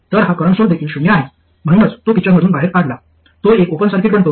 तर हा current source देखील शून्य आहे म्हणूनच तो पिक्चरमधून बाहेर काढला तो एक ओपन सर्किट बनतो